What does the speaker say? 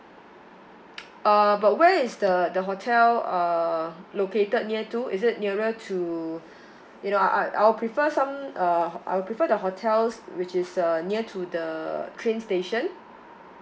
uh but where is the the hotel uh located near to is it nearer to you know I I'll prefer some uh I will prefer the hotels which is uh near to the train station